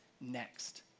next